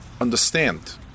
understand